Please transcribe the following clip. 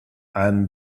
anne